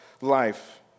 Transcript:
life